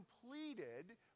completed